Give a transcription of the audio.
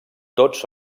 tots